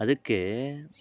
ಅದಕ್ಕೆ